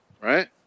right